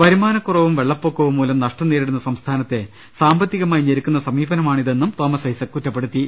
വരുമാനക്കുറവും വെള്ള പ്പൊക്കവും മൂലം നഷ്ടം നേരിടുന്ന സംസ്ഥാനത്തെ സാമ്പത്തികമായി ഞെരുക്കുന്ന സമീപനമാണിതെന്നും തോമസ് ഐസക് പറഞ്ഞു